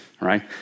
right